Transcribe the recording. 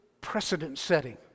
precedent-setting